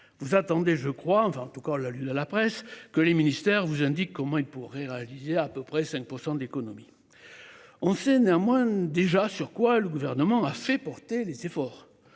Vous attendez, je crois, enfin en tout cas on l'a lu à la presse que les ministères vous indique comment il pourrait réaliser à peu près 5% d'économie. On sait néanmoins déjà sur quoi. Le gouvernement a fait porter les efforts